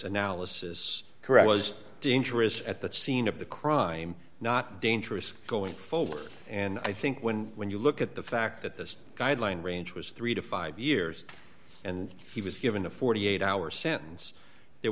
analysis correct was dangerous at the scene of the crime not dangerous going forward and i think when when you look at the fact that this guideline range was three to five years and he was given a forty eight hour sentence there